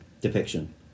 depiction